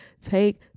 take